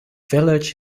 village